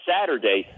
Saturday